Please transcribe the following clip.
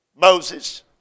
Moses